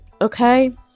Okay